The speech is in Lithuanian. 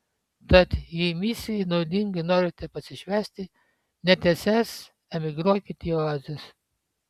tad jei misijai naudingai norite pasišvęsti netęsęs emigruokit į oazes